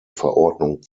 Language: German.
verordnung